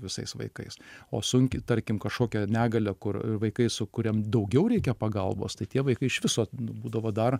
visais vaikais o sunkiai tarkim kažkokią negalią kur vaikai sukuriam daugiau reikia pagalbos tai tie vaikai iš viso būdavo dar